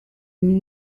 new